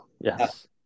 yes